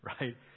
Right